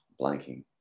blanking